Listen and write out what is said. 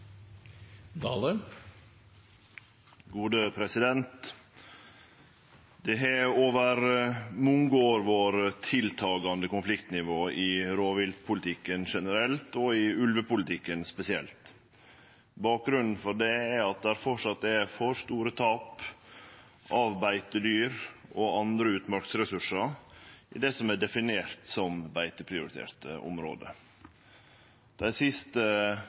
av beitedyr og andre utmarksressursar i det som er definert som beiteprioriterte område. Dei siste